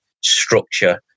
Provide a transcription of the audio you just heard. structure